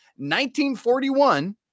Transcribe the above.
1941